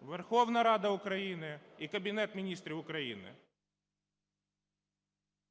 Верховна Рада України і Кабінет Міністрів України.